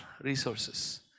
resources